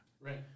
Right